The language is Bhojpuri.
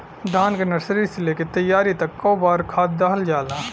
धान के नर्सरी से लेके तैयारी तक कौ बार खाद दहल जाला?